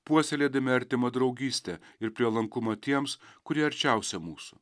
puoselėdami artimą draugystę ir prielankumą tiems kurie arčiausia mūsų